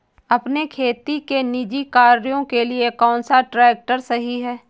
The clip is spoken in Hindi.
अपने खेती के निजी कार्यों के लिए कौन सा ट्रैक्टर सही है?